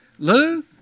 Lou